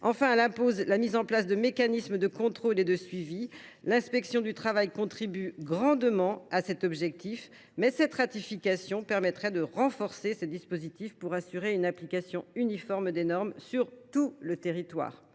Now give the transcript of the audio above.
n° 155 impose la mise en place de mécanismes de contrôle et de suivi. L’inspection du travail contribue grandement à l’atteinte de cet objectif, mais cette ratification permettrait de renforcer les dispositifs en vigueur en vue de garantir une application uniforme des normes sur tout le territoire.